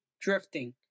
drifting